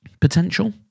potential